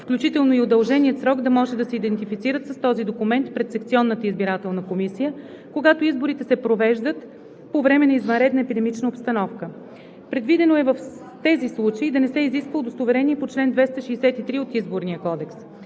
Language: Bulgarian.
включително и удълженият срок, да може да се идентифицират с този документ пред секционната избирателна комисия, когато изборите се провеждат по време на извънредна епидемична обстановка. Предвидено е в тези случаи да не се изисква удостоверение по чл. 263 от Изборния кодекс.